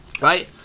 right